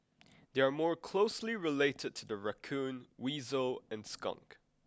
they are more closely related to the raccoon weasel and skunk